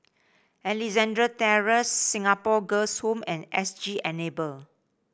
Alexandra Terrace Singapore Girls' Home and S G Enable